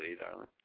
darling